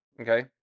Okay